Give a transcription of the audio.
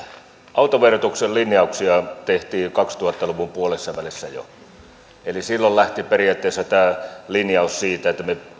autoverotuksen linjauksia tehtiin jo kaksituhatta luvun puolessavälissä eli silloin lähti periaatteessa tämä linjaus siitä että me